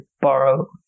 borrow